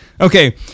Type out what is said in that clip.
Okay